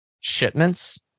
shipments